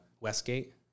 Westgate